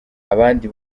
abandi